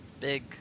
big